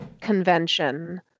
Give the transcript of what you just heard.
convention